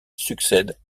succède